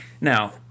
now